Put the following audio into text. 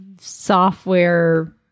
software